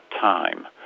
time